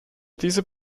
dieser